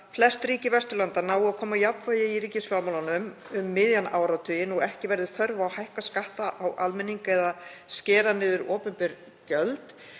flest ríki Vesturlanda nái að koma á jafnvægi í ríkisfjármálunum um miðjan áratuginn og ekki verði þörf á að hækka skatta á almenning eða skera niður opinber gjöld.